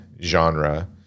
genre